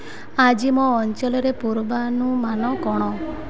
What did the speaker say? ଆଜି ମୋ ଅଞ୍ଚଳରେ ପୂର୍ବାନୁମାନ କ'ଣ